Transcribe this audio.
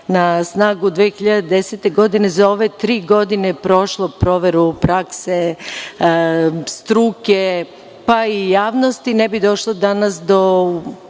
na snagu 2010. godine, za ove tri godine prošla proveru prakse, struke, pa i javnosti, ne bi došlo danas do